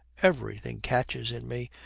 everything catches in me.